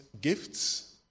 gifts